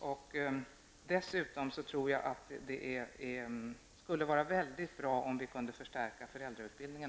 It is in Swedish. Jag tror dessutom att det det skulle vara mycket bra om vi också kunde förstärka föräldrautbildningen.